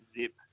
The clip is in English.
zip